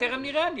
תיכף נראה.